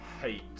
hate